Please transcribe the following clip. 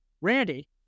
Randy